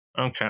okay